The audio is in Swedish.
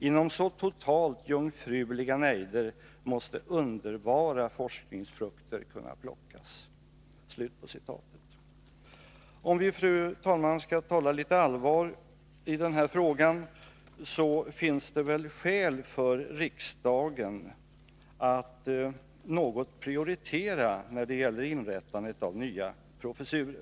Inom så totalt jungfruliga nejder måste underbara forskningsfrukter kunna plockas!” Om vi, fru talman, skall tala litet allvar i den här frågan finns det väl skäl för riksdagen att något prioritera när det gäller inrättandet av nya professurer.